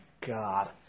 God